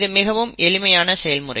இது மிகவும் எளிமையான செயல் முறை